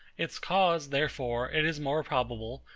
its cause, therefore, it is more probable,